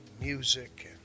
music